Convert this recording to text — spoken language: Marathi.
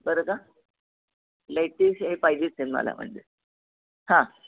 बरं का लेटीस हे पाहिजेच आहे मला म्हणजे हां